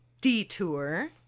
detour